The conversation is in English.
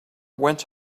went